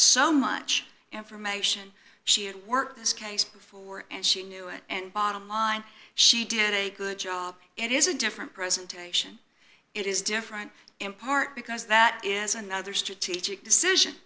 so much information she had worked this case before and she knew it and bottom line she did a good job it is a different presentation it is different in part because that is another strategic decision